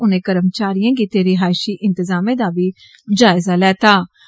उनें कर्मचारियें गित्तै रिहाइषी इंतजामें दा बी जायजा लैत्ता